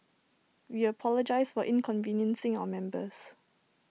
we apologise for inconveniencing our members